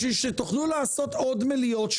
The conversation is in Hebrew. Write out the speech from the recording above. בשביל שתוכלו לעשות עוד מליאות.